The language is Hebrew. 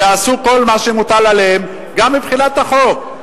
שעשו כל מה שמוטל עליהם גם מבחינת החוק,